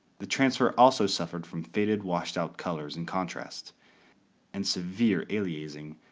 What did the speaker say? the transfer also suffered from faded, washed-out colors and contrast and severe aliasing,